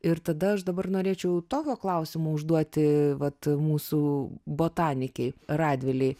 ir tada aš dabar norėčiau tokio klausimo užduoti vat mūsų botanikei radvilei